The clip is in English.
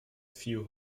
few